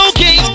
Okay